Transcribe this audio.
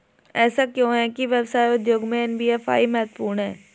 ऐसा क्यों है कि व्यवसाय उद्योग में एन.बी.एफ.आई महत्वपूर्ण है?